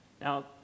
Now